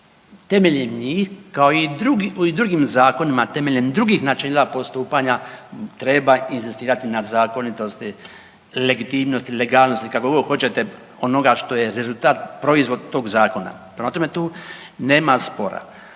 Temeljem njih kao i u drugim zakonima temeljem drugih načela postupanja treba inzistirati na zakonitosti, legitimnosti, legalnosti kako god hoćete onoga što je rezultat, proizvod tog zakona. Prema tome tu nema spora.